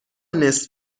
نصف